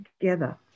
together